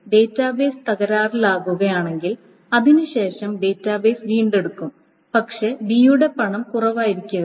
database തകരാറിലാകുകയാണെങ്കിൽ അതിനുശേഷം database വീണ്ടെടുക്കും പക്ഷേ B യുടെ പണം കുറവായിരിക്കരുത്